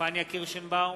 פניה קירשנבאום,